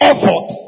Effort